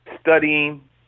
studying